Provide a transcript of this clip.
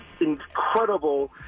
incredible